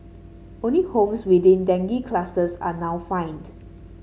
only homes within dengue clusters are now fined